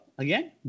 Again